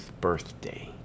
birthday